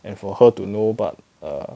and for her to know but err